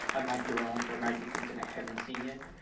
i might be wrong there might be things that i haven't seen yet.